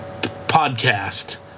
podcast